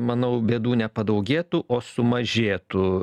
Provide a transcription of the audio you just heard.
manau bėdų ne padaugėtų o sumažėtų